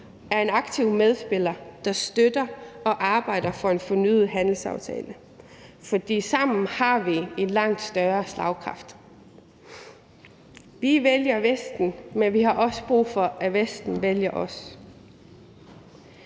er en aktiv medspiller, der støtter og arbejder for en fornyet handelsaftale. For sammen har vi en langt større slagkraft. Vi vælger Vesten, men vi har også brug for, at Vesten vælger os.